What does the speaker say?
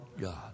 God